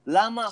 למה?